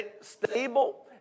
stable